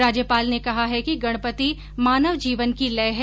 राज्यपाल ने कहा है कि गणपॅति मानव जॅीवन की लय है